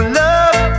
love